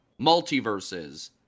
Multiverses